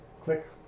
click